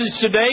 today